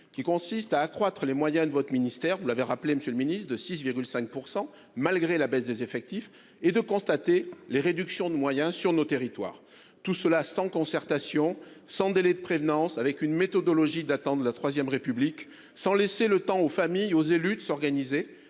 qui consiste à accroître les moyens de votre ministère de 6,5 %, malgré la baisse des effectifs, et de constater les réductions de moyens sur nos territoires ! Tout cela sans concertation, sans délai de prévenance, avec une méthodologie remontant à la III République, sans laisser le temps aux familles et aux élus de s'organiser,